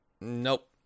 Nope